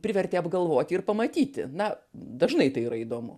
privertė apgalvoti ir pamatyti na dažnai tai yra įdomu